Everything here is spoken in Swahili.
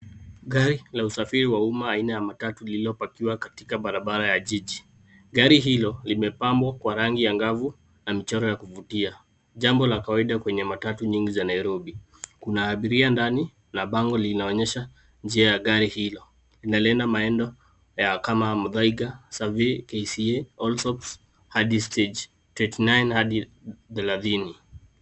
Gari la usafiri wa umma aina ya matatu lililopakiwa katika barabara ya jiji. Gari hilo limepambwa kwa rangi angavu na michoro ya kuvutia. Jambo la kawaida kwenye matatu nyingi za Nairobi. Kuna abiria ndani na bango linaonyesha njia ya gari hilo. Linaenda maendo ya kama ya Muthaiga, Survey, KCA, Allsops, hadi Stage twenty-nine hadi thelathini.